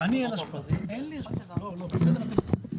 ונתחדשה בשעה 10:17.) טוב, חברים,